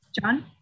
John